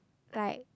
like